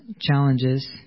challenges